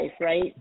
right